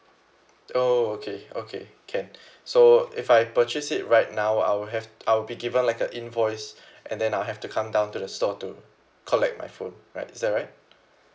oh okay okay can so if I purchase it right now I will have I will be given like a invoice and then I will have to come down to the store to collect my phone right is that right